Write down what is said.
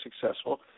successful